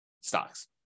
stocks